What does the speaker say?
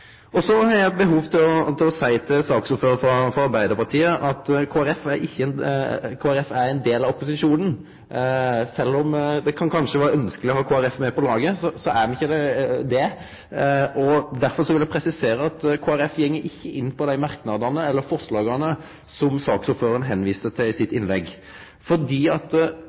Så har eg behov for å seie til saksordføraren frå Arbeidarpartiet at Kristeleg Folkeparti er ein del av opposisjonen. Sjølv om det kanskje er ønskjeleg å ha Kristeleg Folkeparti med på laget, er me ikkje det. Derfor vil eg presisere at Kristeleg Folkeparti går ikkje inn på dei merknadene eller forslaga som saksordføraren viste til i sitt innlegg. For Kristeleg Folkeparti er det heilt nødvendig – samtidig som ein gjennomfører desse endringane – at